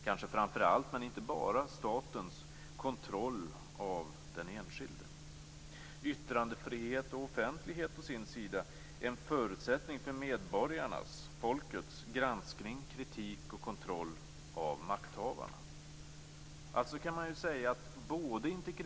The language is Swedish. Icke desto mindre kunde vi i Centern snabbt konstatera att effekterna av beslutet om personuppgiftslagen inte var de önskvärda. Centern ansåg att det fanns så allvarliga brister att lagen borde ses över med en gång.